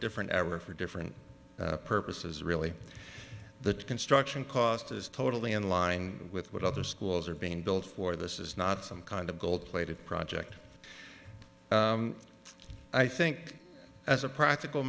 different era for different purposes really the construction cost is totally in line with what other schools are being built for this is not some kind of gold plated project i think as a practical